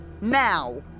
Now